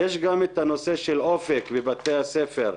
יש גם את הנושא אופק בבתי הספר,